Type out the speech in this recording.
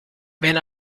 wenn